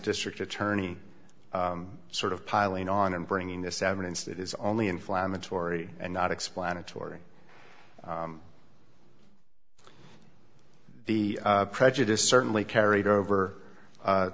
district attorney sort of piling on and bringing this evidence that is only inflammatory and not explanatory the prejudice certainly carried over